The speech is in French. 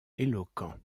éloquent